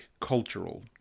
cultural